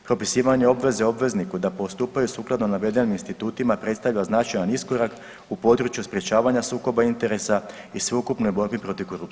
Propisivanje obveze obvezniku da postupaju sukladno navedenim institutima predstavlja značajan iskorak u području sprječavanja sukoba interesa i sveukupnoj borbi protiv korupcije.